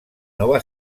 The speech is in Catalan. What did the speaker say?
nova